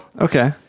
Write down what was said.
Okay